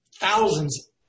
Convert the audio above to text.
thousands